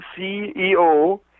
CEO